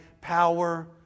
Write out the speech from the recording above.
power